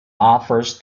offers